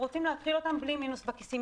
רוצים להתחיל אותם בלי מינוס בכיסים.